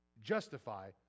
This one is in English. justify